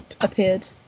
appeared